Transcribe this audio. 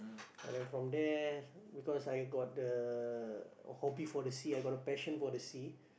and from there because I got the hobby for the sea I got a passion for the sea